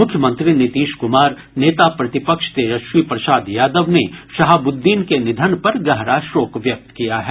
मुख्यमंत्री नीतीश क्मार नेता प्रतिपक्ष तेजस्वी प्रसाद यादव ने शहाबुद्दीन के निधन पर गहरा शोक व्यक्त किया है